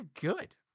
good